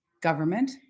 government